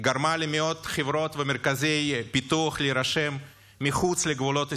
היא גרמה למאות חברות ומרכזי פיתוח להירשם מחוץ לגבולות ישראל,